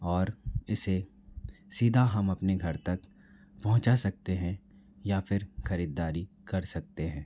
और इसे सीधा हम अपने घर तक पहुँचा सकते हैं या फिर ख़रीददारी कर सकते हैं